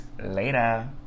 Later